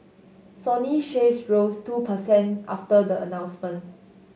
Sony shares rose two percent after the announcement